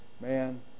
man